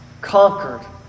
conquered